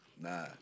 nah